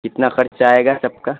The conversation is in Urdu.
کتنا خرچ آئے گا سب کا